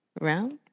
round